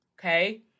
Okay